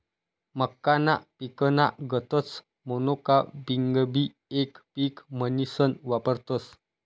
मक्काना पिकना गतच मोनोकापिंगबी येक पिक म्हनीसन वापरतस